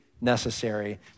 necessary